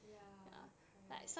ya correct